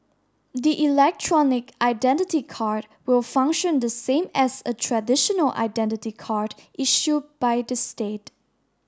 the electronic identity card will function the same as a traditional identity card issue by the state